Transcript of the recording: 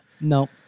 No